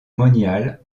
monial